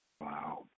Wow